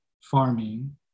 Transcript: farming